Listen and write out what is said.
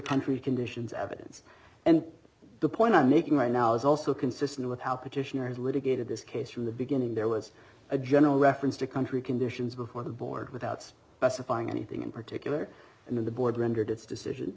country conditions evidence and the point i'm making right now is also consistent with how petitioners litigated this case from the beginning there was a general reference to country conditions before the board without specifying anything in particular and in the board rendered its decision